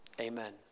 amen